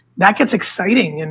that gets exciting. and